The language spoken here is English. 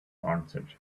answered